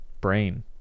brain